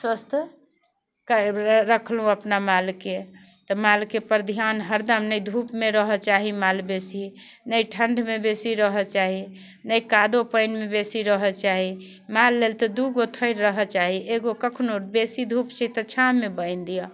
स्वस्थ रखलहुँ अपना मालके तऽ मालके पर धिआन हरदम नहि धूपमे रहऽ चाही माल बेसी नहि ठण्डमे बेसी रहऽ चाही नहि कादो पानिमे बेसी रहऽ चाही माललए तऽ दू गो थैर रहऽ चाही एगो कखनो बेसी धूप छै तऽ छाँहमे बान्हि दिअऽ